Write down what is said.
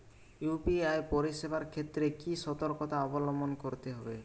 UPI পরিসেবার ক্ষেত্রে কি সতর্কতা অবলম্বন করতে হবে?